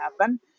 happen